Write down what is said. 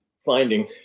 finding